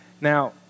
Now